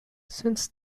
since